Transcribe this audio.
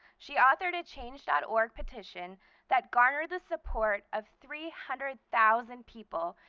she authored a change dot org petition that garnered the support of three hundred thousand people,